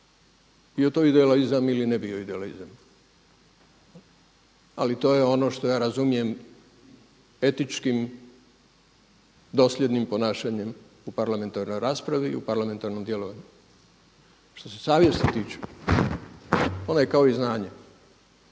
bio to idealizam ili ne bio idealizam, ali to je ono što ja razumijem etičkim, dosljednim ponašanjem u parlamentarnoj raspravi i u parlamentarnom djelovanju. Što se savjesti tiče, ona je kao i znanje